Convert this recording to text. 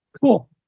Cool